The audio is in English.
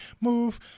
Move